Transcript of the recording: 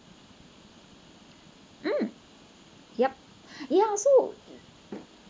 mm yup ya so